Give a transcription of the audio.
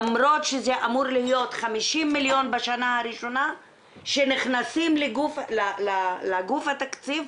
למרות שזה אמור להיות 50 מיליון בשנה הראשונה שנכנסים לגוף התקציב,